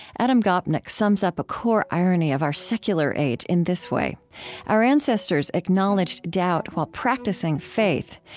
adam gopnik sums up a core irony of our secular age in this way our ancestors acknowledged doubt while practicing faith.